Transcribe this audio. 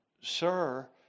Sir